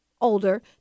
older